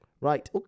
Right